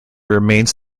remains